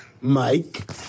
Mike